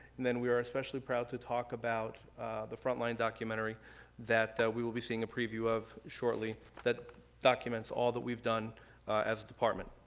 and then we are especially proud to talk about the front-line documentary that that we will be seeing a preview of shortly that documents all that we've done as a department.